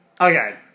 Okay